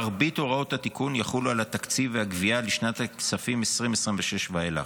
מרבית הוראות התיקון יחולו על התקציב והגבייה לשנת הכספים 2026 ואילך.